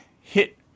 hit